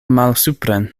malsupren